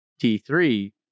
T3